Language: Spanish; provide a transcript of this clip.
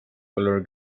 color